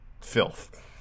filth